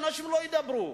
שאנשים לא ידברו,